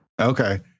Okay